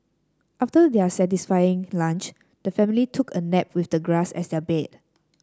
after their satisfying lunch the family took a nap with the grass as their bed